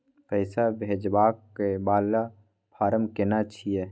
पैसा भेजबाक वाला फारम केना छिए?